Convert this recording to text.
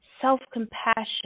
Self-compassion